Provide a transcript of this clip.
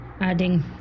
adding